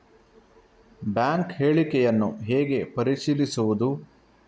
Bank ಹೇಳಿಕೆಯನ್ನು ಹೇಗೆ ಪರಿಶೀಲಿಸುವುದು?